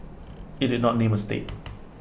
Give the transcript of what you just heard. IT did not name A state